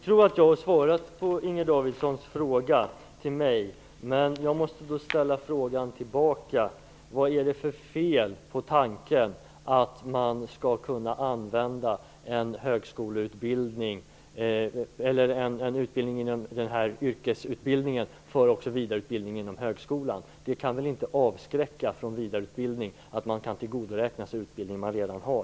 Fru talman! Jag tror att jag har svarat på Inger Davidsons fråga. Men jag måste få ställa en fråga tillbaka: Vad är det för fel på tanken att man skall kunna använda en utbildning inom den här yrkesutbildningen för vidareutbildning inom högskolan? Det kan väl inte avskräcka från vidareutbildning att man kan tillgodoräkna sig utbildning man redan har.